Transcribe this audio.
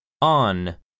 on